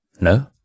No